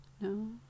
No